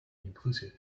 inclusive